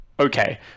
Okay